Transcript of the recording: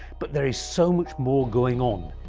but there is so much more going on,